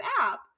app